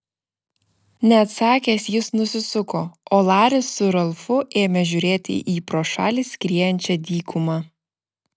neatsakęs jis nusisuko o laris su ralfu ėmė žiūrėti į pro šalį skriejančią dykumą